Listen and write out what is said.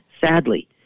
sadly